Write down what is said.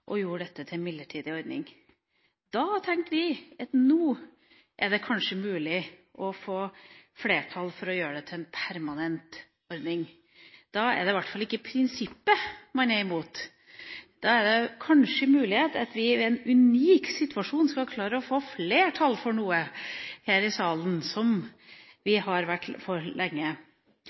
og gjorde dette til en midlertidig ordning. Da tenkte vi at nå er det kanskje mulig å få flertall for å gjøre dette til en permanent ordning. Da er det i hvert fall ikke prinsippet man er imot. Da er det kanskje en mulighet for at vi ved en unik situasjon skal klare å få flertall for noe her i salen som vi har vært for lenge.